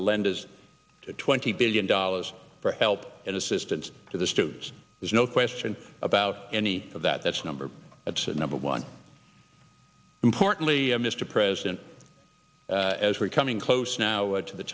the lenders to twenty billion dollars for help and assistance to the students there's no question about any of that that's number that's the number one importantly mr president as we're coming close now to the